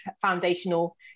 foundational